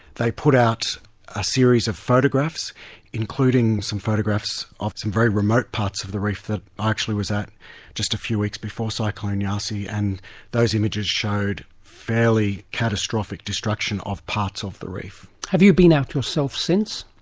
they put out a series of photographs including some photographs of some very remote parts of the reef that i actually was at just a few weeks before cyclone yasi, and those images showed fairly catastrophic destruction of parts of the reef. have you been out yourself since?